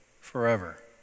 forever